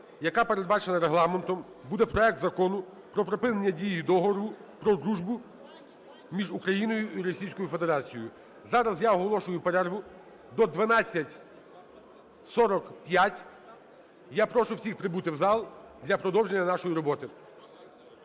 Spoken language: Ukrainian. яка передбачена Регламентом, буде проект Закону про припинення дії Договору про дружбу між Україною і Російською Федерацією. Зараз я оголошую перерву до 12:45. Я прошу всіх прибути в зал для продовження нашої роботи.